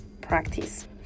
practice